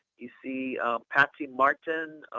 you see patsy martin,